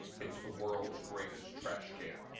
it's the world's greatest trash can.